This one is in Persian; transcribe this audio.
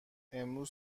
امروز